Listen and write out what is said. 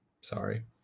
Sorry